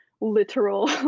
literal